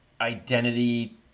identity